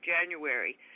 January